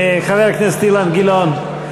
חבר הכנסת אילן גילאון,